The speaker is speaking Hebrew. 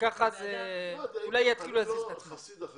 כך אולי זה יתחיל להזיז את עצמו.